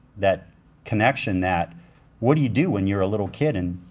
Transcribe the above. that connection, that what do you do when you're a little kid and,